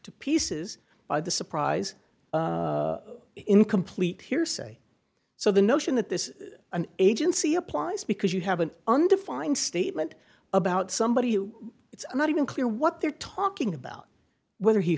to pieces by the surprise in complete hearsay so the notion that this is an agency applies because you have an undefined statement about somebody you it's not even clear what they're talking about whether he